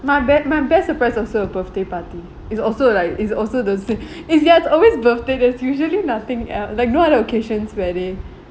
my be~ my best surprise also a birthday party it's also like is also the scene ya it's always birthday there's usually nothing else like no other occasions where they